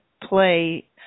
play